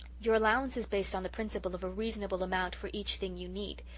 your allowance is based on the principle of a reasonable amount for each thing you need.